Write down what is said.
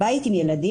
בית עם ילדים,